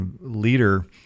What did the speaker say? leader